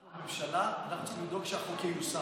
אנחנו, הממשלה, אנחנו צריכים לדאוג שהחוק ייושם.